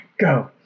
Go